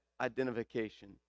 identification